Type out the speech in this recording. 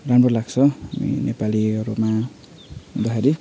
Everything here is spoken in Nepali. राम्रो लाग्छ अनि नेपालीहरूमा हुँदाखेरि